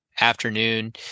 afternoon